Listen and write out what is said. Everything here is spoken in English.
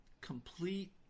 complete